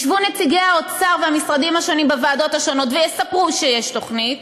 ישבו נציגי האוצר והמשרדים השונים בוועדות השונות ויספרו שיש תוכנית,